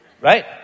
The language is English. Right